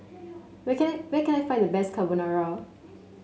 where can I where can I find the best Carbonara